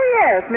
yes